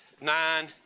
nine